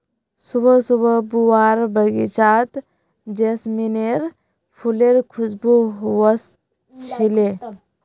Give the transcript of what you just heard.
सुबह सुबह बुआर बगीचात जैस्मीनेर फुलेर खुशबू व स छिले